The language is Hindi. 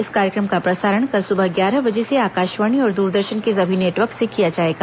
इस कार्यक्रम का प्रसारण कल सुबह ग्यारह बजे से आकाशवाणी और दूरदर्शन के सभी नेटवर्क से किया जाएगा